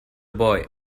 boy